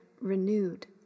renewed